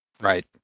Right